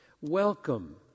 Welcome